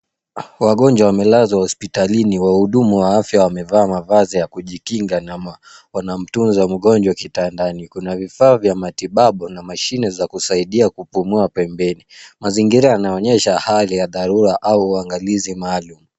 Wagonjwa wamelazwa hospitalini. Wahudumu wa afya wamevaa mavazi ya kujikinga na wanamtunza mgonjwa kitandani. Kuna vifaa vya matibabu na mashine za kusaidia kupumua pemeni. Mazingira yanaonyesha hali ya dharura au uangalizi maalum.